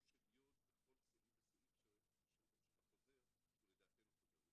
של יוד בכל סעיף וסעיף בחוזר שלדעתנו הוא חוזר מצוין.